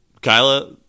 Kyla